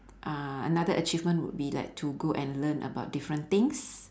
uh another achievement would be like to go and learn about different things